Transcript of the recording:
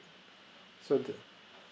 so the